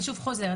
אני שוב חוזרת,